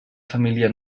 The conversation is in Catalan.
família